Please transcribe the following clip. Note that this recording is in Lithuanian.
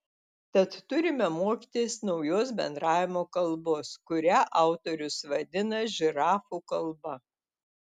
tad turime mokytis naujos bendravimo kalbos kurią autorius vadina žirafų kalba